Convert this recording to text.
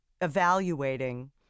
evaluating